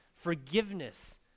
forgiveness